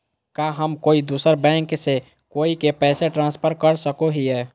का हम कोई दूसर बैंक से कोई के पैसे ट्रांसफर कर सको हियै?